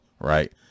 right